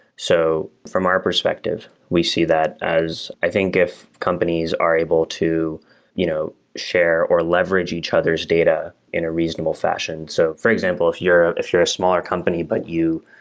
so from our perspective, we see that as i think if companies are able to you know share, or leverage each other's data in a reasonable fashion so for example, if you're if you're a smaller company but you